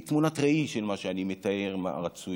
היא תמונת ראי של מה שאני מתאר מה רצוי,